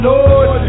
Lord